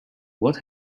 what